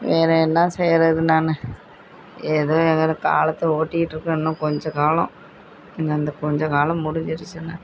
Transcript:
வேறு என்ன செய்கிறது நான் ஏதோ எங்கள் காலத்தை ஓட்டிக்கிட்டு இருக்கோம் இன்னும் கொஞ்ச காலம் இன்னும் அந்த கொஞ்ச காலம் முடிஞ்சிருச்சுன்னா